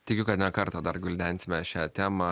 tikiu kad ne kartą dar gvildensime šią temą